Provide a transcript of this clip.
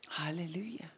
Hallelujah